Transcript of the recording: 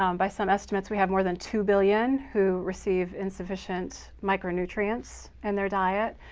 um by some estimates we have more than two million who receive insufficient micronutrients and their diet,